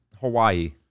Hawaii